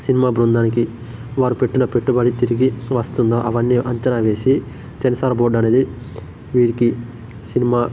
cinema బృందానికి వారు పెట్టిన పెట్టుబడి తిరిగి వస్తుందా అవన్నీ అంచనా వేసి సెన్సార్ బోర్డనేది వీరికి సినిమా